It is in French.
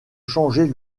changer